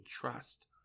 trust